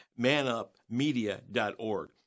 manupmedia.org